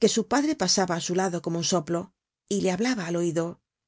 que su padre pasaba á su lado como un soplo y le hablaba al oido